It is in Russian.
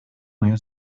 мою